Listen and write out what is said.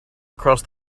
across